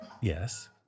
Yes